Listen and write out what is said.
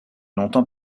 longtemps